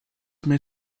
may